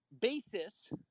basis